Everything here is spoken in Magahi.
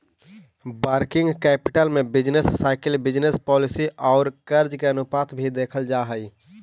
वर्किंग कैपिटल में बिजनेस साइकिल बिजनेस पॉलिसी औउर कर्ज के अनुपात भी देखल जा हई